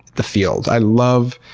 the field. i love,